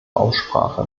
aussprache